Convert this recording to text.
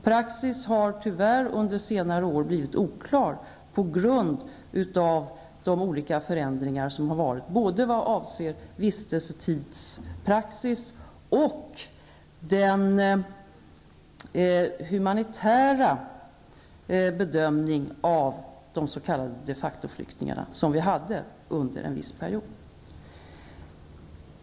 Praxis har tyvärr under senare år blivit oklar på grund av de olika förändringar som har skett, både vad avser praxis när det gäller vistelsetid och vad avser den humanitära bedömning av de s.k. de facto-flyktingarna som vi hade under en viss period.